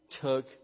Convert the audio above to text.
took